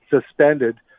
suspended